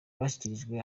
bashyikirijwe